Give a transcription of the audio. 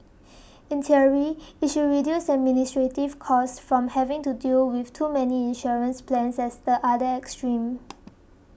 in theory it should reduce administrative costs from having to deal with too many insurance plans as the other extreme